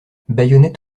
baïonnettes